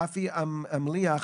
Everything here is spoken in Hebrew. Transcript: רפי אלמליח,